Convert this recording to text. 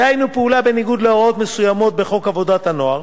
דהיינו פעולה בניגוד להוראות מסוימות בחוק עבודת הנוער,